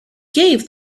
gave